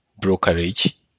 brokerage